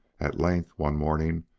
at length, one morning,